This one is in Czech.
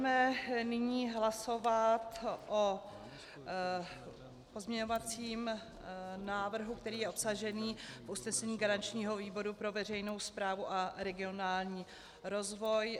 Budeme nyní hlasovat o pozměňovacím návrhu, který je obsažený v usnesení garančního výboru pro veřejnou správu a regionální rozvoj.